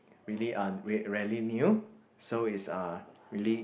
really uh rarely new so it's uh really